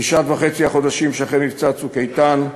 בתשעה וחצי החודשים שאחרי מבצע "צוק איתן"